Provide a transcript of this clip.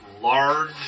large